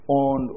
on